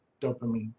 dopamine